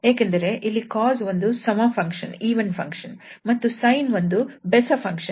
ಏಕೆಂದರೆ ಇಲ್ಲಿ cos ಒಂದು ಸಮ ಫಂಕ್ಷನ್ ಮತ್ತು sin ಒಂದು ಬೆಸ ಫಂಕ್ಷನ್